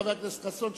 חבר הכנסת חסון,